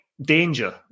danger